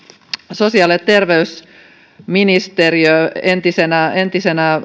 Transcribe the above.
sosiaali ja terveysministeriö entisenä entisenä